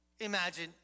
Imagine